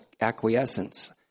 acquiescence